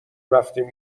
رفتیم